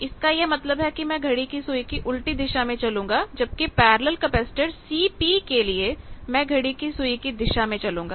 इसका यह मतलब है कि मैं घड़ी की सुई की उलटी दिशा में चलूंगा जबकि पैरेलल कैपेसिटर CP के लिए मैं घड़ी की सुई की दिशा में चलूंगा